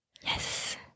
Yes